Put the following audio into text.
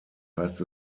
heißt